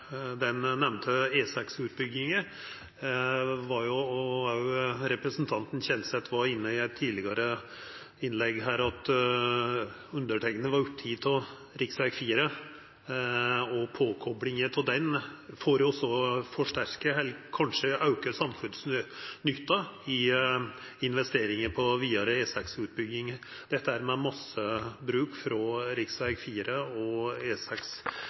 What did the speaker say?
den nemnde E6-utbygginga. Representanten Kjenseth var i eit tidlegare innlegg i dag inne på at eg var oppteken av rv. 4 og påkoplinga av den for kanskje å auka samfunnsnytta av investeringane i vidare E6-utbygging – det med massebruk frå rv. 4 og E6. Spørsmålet mitt er